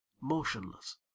motionless